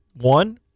one